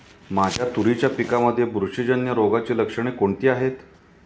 माझ्या तुरीच्या पिकामध्ये बुरशीजन्य रोगाची लक्षणे कोणती आहेत?